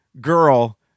girl